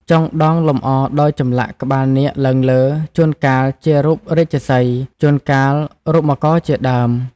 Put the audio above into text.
ចុងដងលម្អដោយចម្លាក់ក្បាលនាគឡើងលើ ជួនកាល ជារូបរាជសីហ៍ ជួនកាលរូបមករជាដើម។